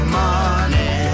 money